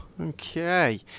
Okay